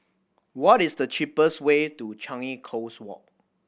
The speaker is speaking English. what is the cheapest way to Changi Coast Walk